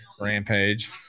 Rampage